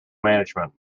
management